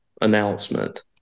announcement